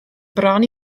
bron